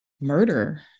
murder